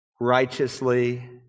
righteously